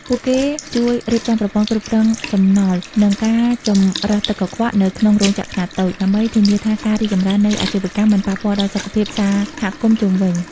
ពួកគេជួយរៀបចំប្រព័ន្ធគ្រប់គ្រងសំណល់ និងការចម្រោះទឹកកខ្វក់នៅក្នុងរោងចក្រខ្នាតតូច ដើម្បីធានាថាការរីកចម្រើននៃអាជីវកម្មមិនប៉ះពាល់ដល់សុខភាពសហគមន៍ជុំវិញ។